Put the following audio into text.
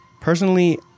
Personally